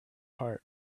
heart